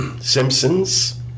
Simpsons